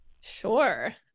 sure